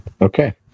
Okay